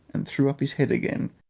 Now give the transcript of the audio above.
and threw up his head again,